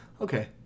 Okay